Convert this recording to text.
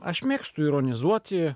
aš mėgstu ironizuoti